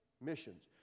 missions